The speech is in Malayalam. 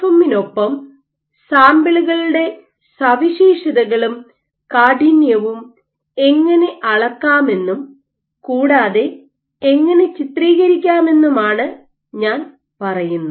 എമ്മിനൊപ്പം സാമ്പിളുകളുടെ സവിശേഷതകളും കാഠിന്യവും എങ്ങനെ അളക്കാമെന്നും കൂടാതെ എങ്ങനെ ചിത്രീകരിക്കാമെന്നുമാണ് ഞാൻ പറയുന്നത്